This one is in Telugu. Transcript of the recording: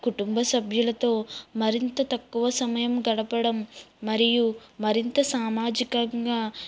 కుటుంబ సభ్యులతో మరింత తక్కువ సమయం గడపడం మరియు మరింత సామాజికంగా